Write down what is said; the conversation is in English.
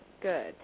good